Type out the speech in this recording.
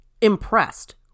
impressed